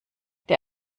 der